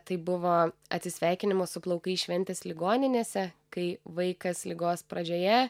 tai buvo atsisveikinimo su plaukais šventės ligoninėse kai vaikas ligos pradžioje